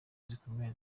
zikomeye